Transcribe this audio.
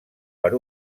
per